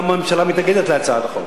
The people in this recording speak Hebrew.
למה הממשלה מתנגדת להצעת החוק.